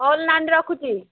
ହଉଲୋ ନାନୀ ରଖୁଛି